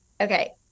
okay